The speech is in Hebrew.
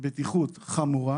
בטיחות חמורה